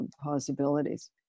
possibilities